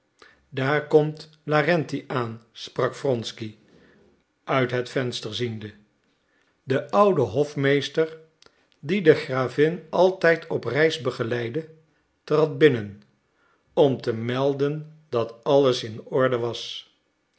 daar komt lawrenti aan sprak wronsky uit het venster ziende de oude hofmeester die de gravin altijd op reis begeleidde trad binnen om te melden dat alles in orde was